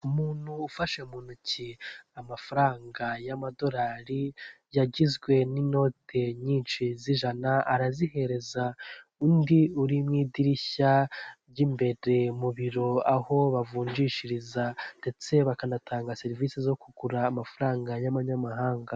Umuntu ufashe mu ntoki amafaranga y'amadorari yagizwe n'inote nyinshi z'ijana, arazihereza undi uri mu idirishya ry'imbere mu biro aho bavunjishiriza, ndetse bakanatanga serivisi zo kugura amafaranga y'amanyamahanga.